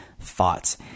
thoughts